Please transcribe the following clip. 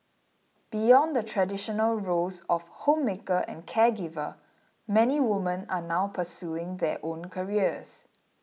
beyond the traditional roles of homemaker and caregiver many women are now pursuing their own careers